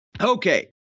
Okay